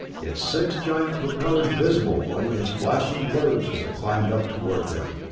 its six giant propellers visible only as flashing blurs as it climbed up toward them.